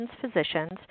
physicians